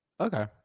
Okay